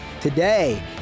Today